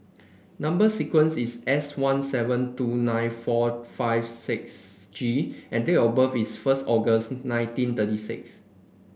number sequence is S one seven two nine four five six G and date of birth is first August nineteen thirty six